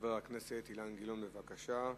חבר הכנסת אילן גילאון, בבקשה.